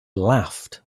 laughed